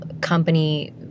company